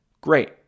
Great